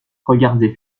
regardez